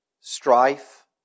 strife